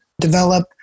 Develop